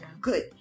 good